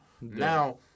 Now